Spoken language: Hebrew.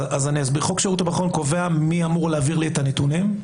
חוק שירות ביטחון קובע מי אמור להעביר לי את הנתונים.